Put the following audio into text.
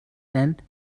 and